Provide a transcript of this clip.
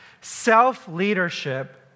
Self-leadership